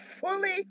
fully